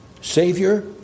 Savior